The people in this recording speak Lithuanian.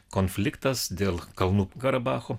konfliktas dėl kalnų karabacho